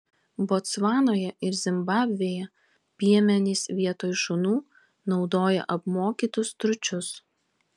botsvanoje ir zimbabvėje piemenys vietoj šunų naudoja apmokytus stručius